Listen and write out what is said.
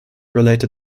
related